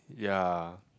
ya